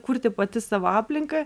kurti pati savo aplinką